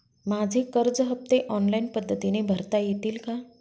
माझे कर्ज हफ्ते ऑनलाईन पद्धतीने भरता येतील का?